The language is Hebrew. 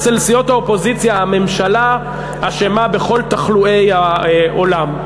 אצל סיעות האופוזיציה הממשלה אשמה בכל תחלואי העולם.